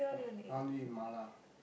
I want to eat Mala